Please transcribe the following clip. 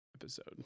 episode